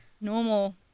Normal